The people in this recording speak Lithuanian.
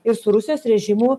ir su rusijos režimu